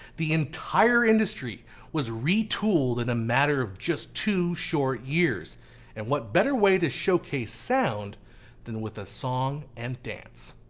the entire industry was retooled in and a matter of just two short years and what better way to showcase sound than with a song and dance.